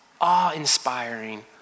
awe-inspiring